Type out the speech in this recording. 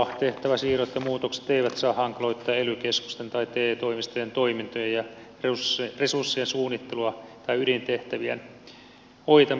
tehtäväsiirrot ja muutokset eivät saa hankaloittaa ely keskusten tai te toimistojen toimintoja ja resurssien suunnittelua tai ydintehtä vien hoitamista